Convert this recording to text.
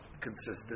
consistent